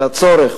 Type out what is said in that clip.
על הצורך